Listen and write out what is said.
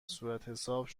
صورتحساب